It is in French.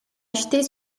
acheter